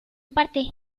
parte